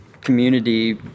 community